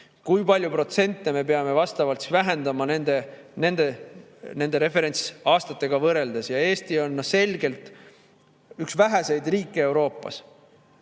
kui palju protsente me peame vastavalt vähendama nende referentsaastatega võrreldes. Eesti on selgelt üks väheseid riike Euroopas